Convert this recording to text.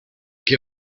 que